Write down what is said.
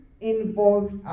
involves